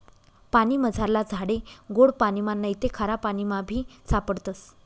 पानीमझारला झाडे गोड पाणिमा नैते खारापाणीमाबी सापडतस